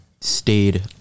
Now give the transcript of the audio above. stayed